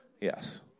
Yes